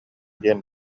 диэн